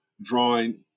drawing